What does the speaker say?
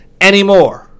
anymore